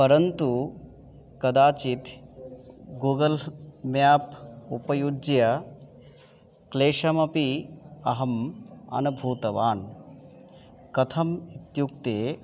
परन्तु कदाचित् Google map उपयुज्य क्लेशमपि अहम् अनुभूतवान् कथम् इत्युक्ते